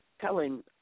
telling